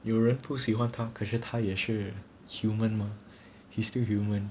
有人不喜欢他可是他也是 human mah he's still human